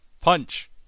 punch